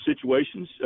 situations